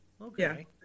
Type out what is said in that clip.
okay